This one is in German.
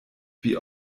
wie